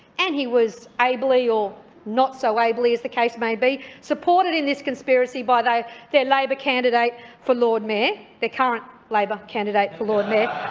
and he was ably or not so ably, as the case may be supported in this conspiracy by their labor candidate for lord mayor, the current labor candidate for lord mayor,